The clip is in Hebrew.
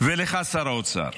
ולך, שר האוצר,